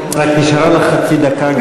נשארה לך חצי דקה, גברתי.